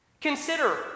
Consider